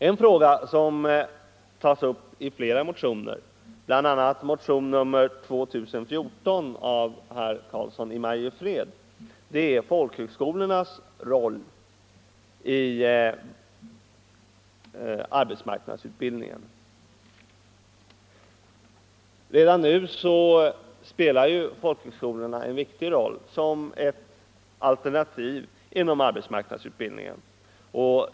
En fråga som tas upp i flera motioner, bl.a. i motionen 2014 av herr Karlsson i Mariefred, gäller folkhögskolornas roll i arbetsmarknadsutbildningen. Redan nu spelar folkhögskolorna en viktig roll som ett alternativ inom arbetsmarknadsutbildningen.